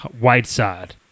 Whiteside